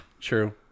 True